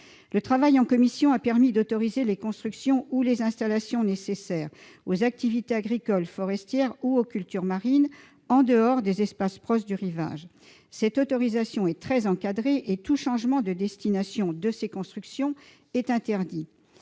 Le travail en commission a permis d'autoriser les constructions ou installations nécessaires aux activités agricoles, forestières ou aux cultures marines en dehors des espaces proches du rivage. Cette autorisation est très encadrée et tout changement de destination de ces constructions est interdit.